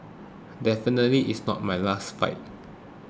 definitely this is not my last fight